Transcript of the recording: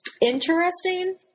interesting